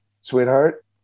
sweetheart